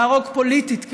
להרוג פוליטית,